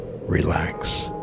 relax